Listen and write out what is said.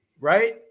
Right